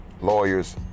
lawyers